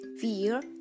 fear